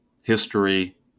history